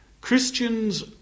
Christians